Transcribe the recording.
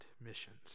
missions